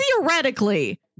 theoretically